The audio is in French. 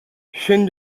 chêne